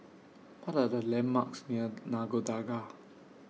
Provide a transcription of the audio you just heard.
What Are The landmarks near Nagore Dargah